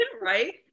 right